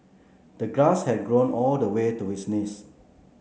the grass had grown all the way to his knees